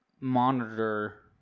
monitor